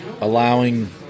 allowing